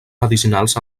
medicinals